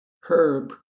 Herb